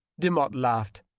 demotte laughed.